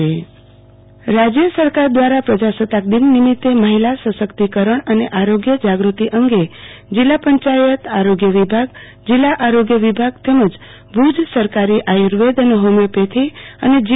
આરતીબેન ભદ્દ medical camp Bhuj રાજ્ય સરકાર દ્રારા પ્રજાસત્તાક દિન નિમિતે મહિલા સશક્તિકરણ અને આરોગ્ય જાગૃ તિ અંગ જિલ્લા પંચાયત આરોગ્ય વિભાગ જિલ્લા આરોગ્ય વિભાગ તેમજ ભુજ સરકારી આર્યુવેદ અને હોમિયોપેથી અને જી